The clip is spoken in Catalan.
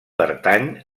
pertany